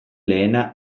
lehena